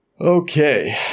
Okay